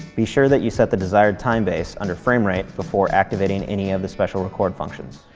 be sure that you set the desired time base under frame rate before activating any of the special record functions.